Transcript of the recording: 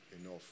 enough